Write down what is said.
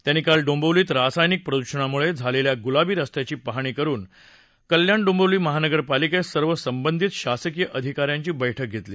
त्यांनी काल डोंबिवलीत रासायनिक प्रदूषणामुळे झालेल्या गुलाबी रस्त्याची पाहणी करून झाल्यावर कल्याण डोंबिवली महानगरपालिकेत सर्व संबंधित शासकीय अधिकाऱ्यांची बैठक घेतली